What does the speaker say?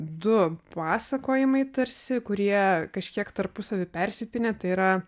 du pasakojimai tarsi kurie kažkiek tarpusavy persipynę tai yra